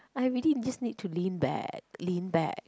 I really just need to lean back lean back